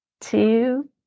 two